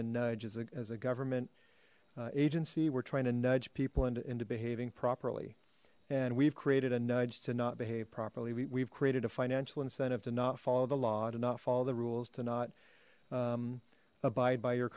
nudge as a government agency we're trying to nudge people into behaving properly and we've created a nudge to not behave properly we've created a financial incentive to not follow the law to not follow the rules to not abide by your